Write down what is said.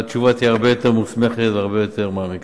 והתשובה תהיה הרבה יותר מוסמכת והרבה יותר מעמיקה.